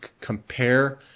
compare